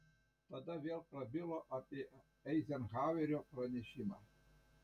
tada vėl prabilo apie eizenhauerio pranešimą